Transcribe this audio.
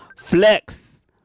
Flex